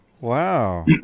Wow